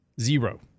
zero